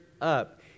up